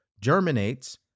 germinates